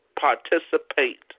participate